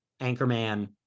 anchorman